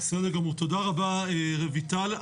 תודה רבה רויטל.